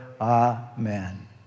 Amen